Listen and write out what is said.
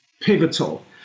pivotal